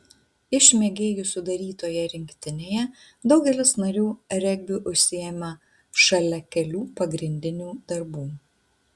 iš mėgėjų sudarytoje rinktinėje daugelis narių regbiu užsiima šalia kelių pagrindinių darbų